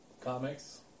comics